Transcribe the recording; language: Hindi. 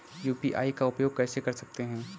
यू.पी.आई का उपयोग कैसे कर सकते हैं?